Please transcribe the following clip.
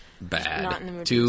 bad